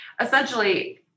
essentially